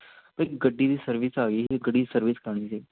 ਭਾਅ ਜੀ ਗੱਡੀ ਦੀ ਸਰਵਿਸ ਆ ਗਈ ਗੱਡੀ ਦੀ ਸਰਵਿਸ ਕਰਵਾਉਣੀ ਸੀ